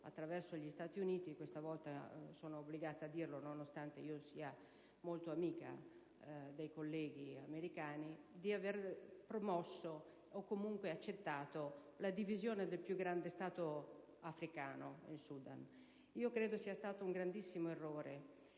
attraverso gli Stati Uniti (e questa volta sono obbligata a dirlo, nonostante io sia molto amica dei colleghi americani), abbiamo promosso, o comunque accettato la divisione del più grande Stato africano, il Sudan. Io ritengo che questo sia stato un grandissimo errore